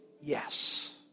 yes